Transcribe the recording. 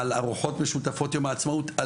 על ארוחות משותפות ביום העצמאות,